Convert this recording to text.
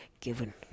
given